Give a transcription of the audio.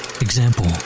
Example